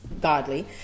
godly